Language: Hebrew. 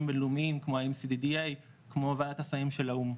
בינלאומיים כמו ה- MCDDA כמו וועדת הסמים של האו"ם.